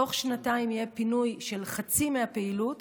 תוך שנתיים יהיה פינוי של חצי מהפעילות.